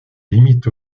limite